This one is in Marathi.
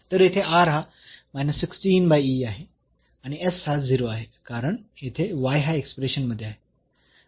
तर येथे हा आहे आणि s हा 0 आहे कारण येथे हा एक्सप्रेशन मध्ये आहे